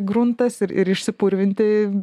gruntas ir ir išsipurvinti